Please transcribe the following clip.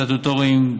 סטטוטוריים,